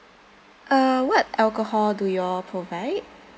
uh what alcohol do you all provide